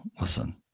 Listen